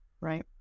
right